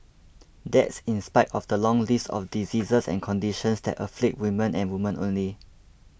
that's in spite of the long list of diseases and conditions that afflict women and women only